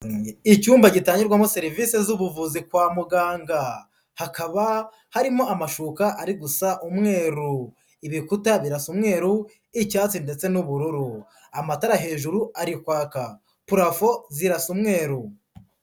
Icyumba gitangirwamo serivisi z'ubuvuzi kwa muganga, hakaba harimo amashuka ari gusa umweru, ibikuta birasa umweru, icyatsi ndetse n'ubururu, amatara hejuru ari kwaka, parafo zirasa umweru.